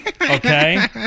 Okay